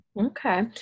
Okay